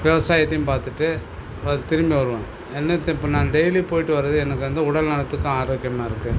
விவசாயத்தையும் பார்த்துட்டு திரும்பி வருவேன் என்னத்த இப்போ நான் டெய்லியும் போயிவிட்டு வரது எனக்கு வந்து உடல் நலத்துக்கும் ஆரோக்கியமாகருக்கு